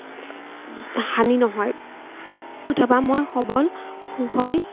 হানি নহয় অথবা মই সবল হৈ